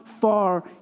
far